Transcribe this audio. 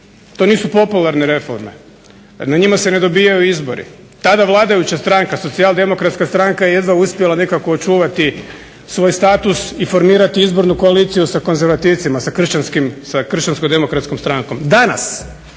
To nisu popularne reforme, na njima se ne dobijaju izbori. Tada vladajuća stranka Socijaldemokratska stranka je jedva uspjela nekako očuvati svoj status i formirati izbornu koaliciju sa konzervativcima sa Kršćansko-demokratskom strankom. Danas